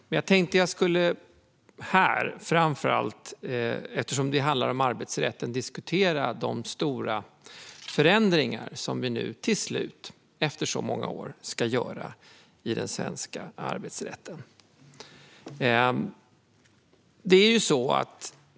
Här tänkte jag framför allt, eftersom det handlar om arbetsrätt, främst diskutera de stora förändringar som vi nu till slut, efter så många år, ska göra i den svenska arbetsrätten.